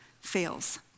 fails